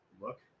look